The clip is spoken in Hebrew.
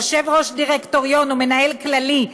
יושב-ראש דירקטוריון או מנהל כללי,